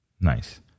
Nice